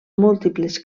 múltiples